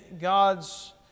God's